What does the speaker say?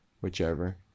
Whichever